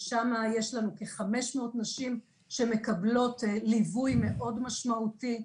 ששם יש לנו כ-500 נשים שמקבלות ליווי מאוד משמעותי.